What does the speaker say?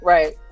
Right